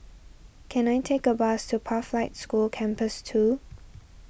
can I take a bus to Pathlight School Campus two